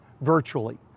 virtually